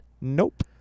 Nope